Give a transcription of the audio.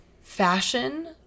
fashion